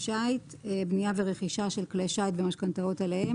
שיט) (בניה ורכישה של כלי שיט ומשכנתאות עליהם),